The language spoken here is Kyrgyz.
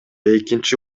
экинчи